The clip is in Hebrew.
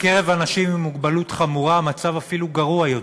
בקרב אנשים עם מוגבלות חמורה המצב אפילו גרוע יותר: